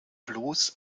bloß